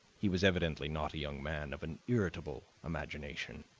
he was evidently not a young man of an irritable imagination